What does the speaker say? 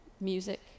music